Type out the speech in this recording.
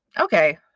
Okay